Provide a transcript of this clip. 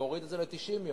להוריד את זה ל-90 יום.